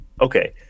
Okay